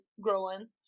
growing